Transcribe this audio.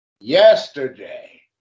yesterday